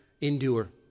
endure